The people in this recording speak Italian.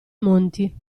monti